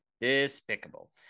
Despicable